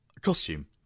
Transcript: costume